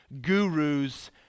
guru's